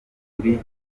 muri